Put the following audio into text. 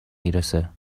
میرسه